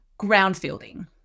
Groundfielding